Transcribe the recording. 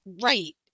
Right